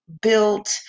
built